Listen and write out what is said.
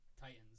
titans